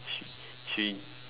she she